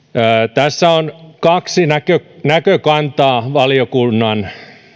tässä on kaksi näkökantaa näkökantaa valiokunnan